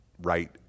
right